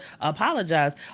apologize